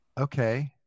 okay